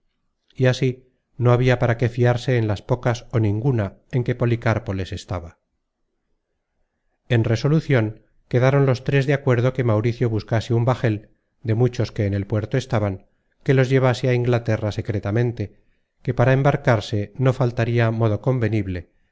y así no habia para qué fiarse en las pocas ó ninguna en que policarpo les estaba en resolucion quedaron los tres de acuerdo que mauricio buscase un bajel de muchos que en el puerto estaban que los llevase á inglaterra secretamente que para embarcarse no faltaria modo convenible